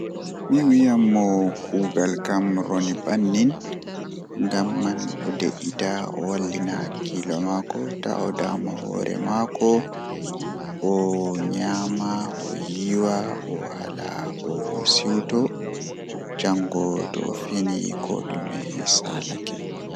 So ko waɗii e jam ɗo, mi waɗa jooni ɓuri wooɗude jooni fota ngam ɓeydu heɓere mawniɗo ngal. Mi waɗa waɗde himɓe yimɓe ɗum, mi waɗa njibbugol e oo ngam waɗde eɗe kala. Mi waɗa waɗde ɗum: 'A jokkondir fii moƴƴere, jam ngol waɗii e kala heewi ngol. Waɗɗo yilla ngal yo ngoodi waɗi ɗum semti heewta.